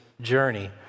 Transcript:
journey